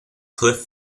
cliff